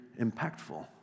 impactful